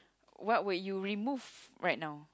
what would you remove right now